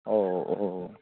औ औ